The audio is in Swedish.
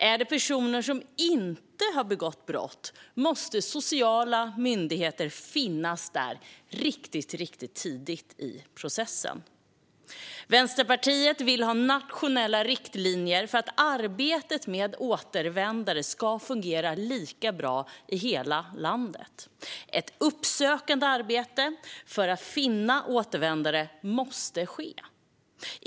Är det personer som inte har begått brott måste sociala myndigheter finnas där riktigt tidigt i processen. Vänsterpartiet vill ha nationella riktlinjer för att arbetet med återvändare ska fungera lika bra i hela landet. Ett uppsökande arbete för att finna återvändare måste ske.